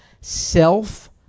self